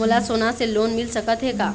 मोला सोना से लोन मिल सकत हे का?